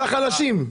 על החלשים.